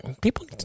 people